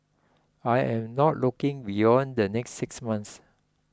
I am not looking beyond the next six months